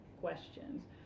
questions